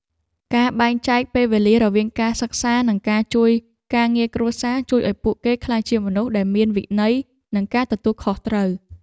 ការបែងចែកពេលវេលារវាងការសិក្សានិងការជួយការងារគ្រួសារជួយឱ្យពួកគេក្លាយជាមនុស្សដែលមានវិន័យនិងការទទួលខុសត្រូវ។